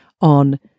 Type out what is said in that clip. on